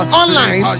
online